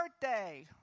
birthday